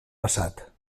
passat